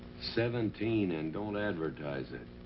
seventeen, and don't advertise it.